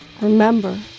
remember